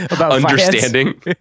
understanding